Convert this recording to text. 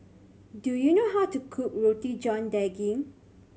do you know how to cook Roti John Daging